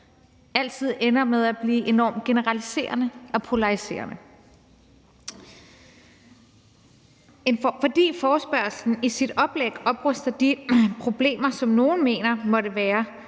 altid ender med at blive enormt generaliserende og polariserende, fordi forespørgslen i sit oplæg taler de problemer op, som nogle mener der måtte være